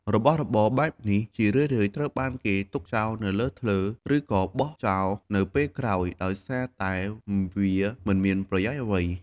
របស់របរបែបនេះ ជារឿយៗត្រូវបានគេទុកចោលនៅលើធ្នើ ឬក៏បោះចោលនៅពេលក្រោយដោយសារតែវាមិនមានប្រយោជន៍អ្វី។